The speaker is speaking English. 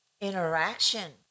interaction